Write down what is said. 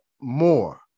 more